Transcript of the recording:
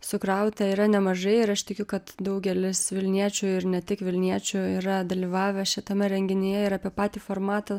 sukrauta yra nemažai ir aš tikiu kad daugelis vilniečių ir ne tik vilniečių yra dalyvavę šitame renginyje ir apie patį formatą